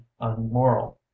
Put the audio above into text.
unmoral